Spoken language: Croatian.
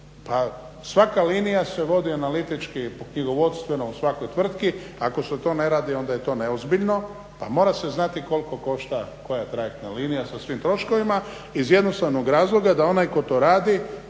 Pa svaka linija se vodi analitički knjigovodstveno u svakoj tvrtki. Ako se to ne radi onda je to neozbiljno. Pa mora se znati koliko košta koja trajektna linija sa svim troškovima iz jednostavnog razloga da onaj tko to radi